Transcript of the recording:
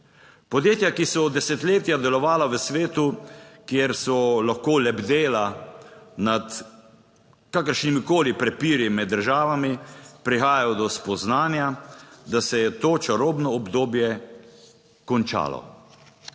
Podjetja, ki so desetletja delovala v svetu, kjer so lahko lebdela nad kakršnimikoli prepiri med državami, prihajajo do spoznanja, da se je to čarobno obdobje končalo."